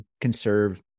conserve